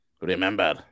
Remember